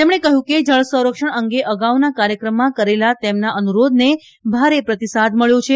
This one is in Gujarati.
તેમણે જણાવ્યું કે જળસંરક્ષણ અંગે અગાઉના કાર્યક્રમમાં કરેલા તેમના અનુરોધને ભારે પ્રતિસાદ મળ્યો છે